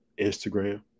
Instagram